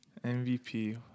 MVP